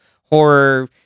horror